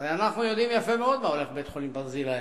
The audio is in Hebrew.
הרי אנחנו יודעים יפה מאוד מה הולך בבית-החולים "ברזילי",